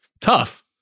tough